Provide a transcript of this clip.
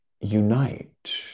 unite